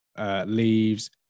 leaves